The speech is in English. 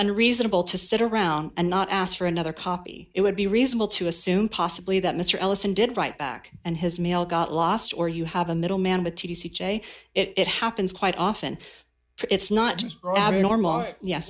unreasonable to sit around and not ask for another copy it would be reasonable to assume possibly that mr ellison did write back and his mail got lost or you have middleman the t c k it happens quite often it's not